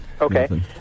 Okay